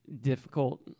difficult